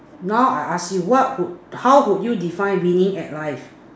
now I ask you what would how would you define winning at life